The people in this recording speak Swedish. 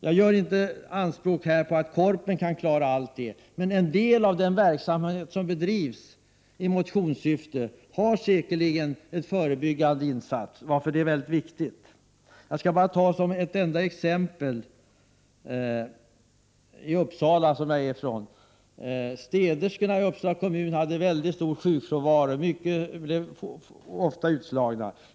Jag vill inte göra gällande att Korpen kan klara allting. Men en del av den verksamhet som bedrivs i motionssyfte är en väldigt viktig förebyggande insats. Jag skall ta ett exempel från min hemkommun Uppsala. Kommunens städerskor hade mycket stor sjukfrånvaro och blev ofta utslagna.